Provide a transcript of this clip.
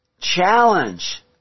challenge